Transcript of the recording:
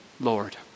Lord